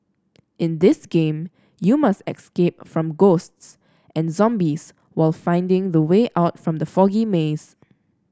in this game you must escape from ghosts and zombies while finding the way out from the foggy maze